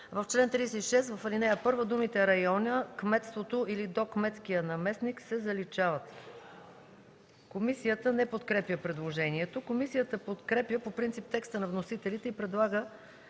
в чл. 36, в ал. 1 думите „района, кметството или до кметския наместник” се заличават. Комисията не подкрепя предложението. Комисията подкрепя по принцип текста на вносителите и предлага